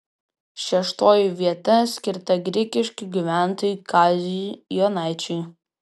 šeštoji vieta skirta grigiškių gyventojui kaziui jonaičiui